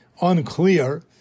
unclear